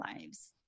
lives